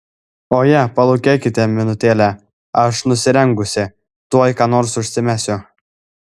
oje palūkėkite minutėlę aš nusirengusi tuoj ką nors užsimesiu